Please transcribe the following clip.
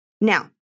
Now